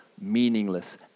meaningless